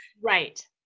Right